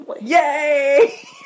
Yay